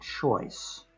choice